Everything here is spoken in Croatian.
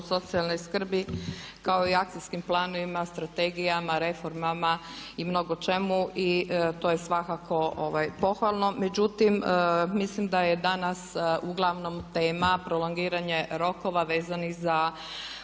socijalne skrbi kao i akcijskim planovima, strategijama, reformama i mnogočemu i to je svakako pohvalno. Međutim, mislim da je danas uglavnom tema prolongiranje rokova vezanih za